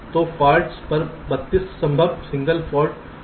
तो फॉल्ट्स पर 32 संभव सिंगल फाल्ट स्टक है